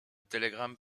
télégramme